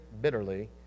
bitterly